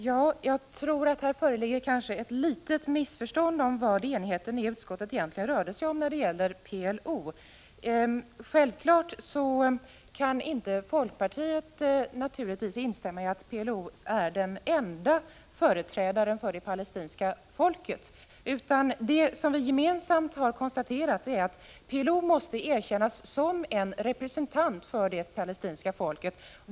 Herr talman! Jag tror att det föreligger ett litet missförstånd om vad enigheten i utskottet rörde sig om beträffande PLO. Folkpartiet kan naturligtvis inte instämma i att PLO är den enda företrädaren för det palestinska folket. Det som vi gemensamt har konstaterat är att PLO måste erkännas som en representant för det palestinska folket.